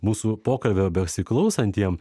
mūsų pokalbio besiklausantiem